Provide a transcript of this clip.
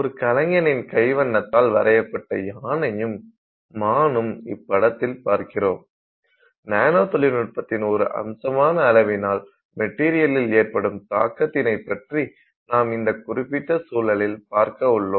ஒரு கலைஞனின் கைவண்ணத்தால் வரையப்பட்ட யானையும் மானும் இப்படத்தில் பார்க்கிறோம் நானோ தொழில்நுட்பத்தின் ஒரு அம்சமான அளவினால் மெட்டீரியலில் ஏற்படும் தாக்கத்தினை பற்றி நாம் இந்த குறிப்பிட்ட சூழலில் பார்க்க உள்ளோம்